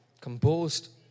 composed